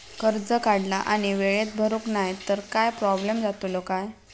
कर्ज काढला आणि वेळेत भरुक नाय तर काय प्रोब्लेम जातलो काय?